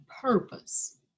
purpose